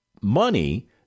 money